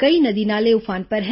कई नदी नाले उफान पर हैं